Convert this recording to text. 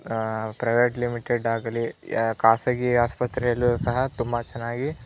private limited ಆಗಲಿ ಯ ಖಾಸಗಿ ಆಸ್ಪತ್ರೆಯಲ್ಲೂ ಸಹ ತುಂಬ ಚೆನ್ನಾಗಿ